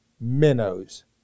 minnows